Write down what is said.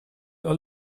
all